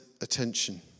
attention